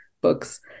books